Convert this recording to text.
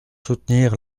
soutenir